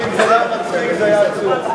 אם זה לא היה מצחיק זה היה עצוב.